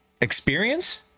experience